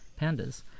pandas